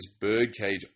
birdcage